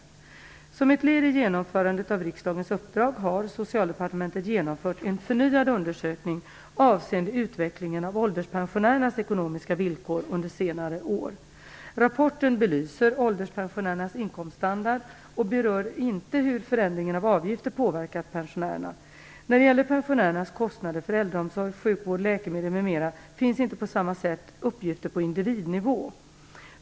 Som ett led i genomförandet av riksdagens uppdrag har Socialdepartementet genomfört en förnyad undersökning avseende utvecklingen av ålderspensionärernas ekonomiska villkor under senare år. Rapporten belyser ålderspensionärernas inkomststandard och berör inte hur förändringen av avgifter påverkat pensionärerna. När det gäller pensionärernas kostnader för äldreomsorg, sjukvård, läkemedel m.m. finns inte på samma sätt uppgifter på individnivå.